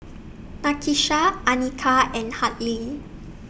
Nakisha Anika and Hartley